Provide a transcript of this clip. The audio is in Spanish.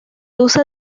usa